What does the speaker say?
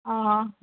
आं